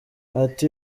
ati